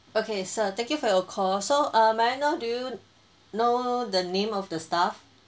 okay sir thank you for your call so um may I know do you know the name of the staff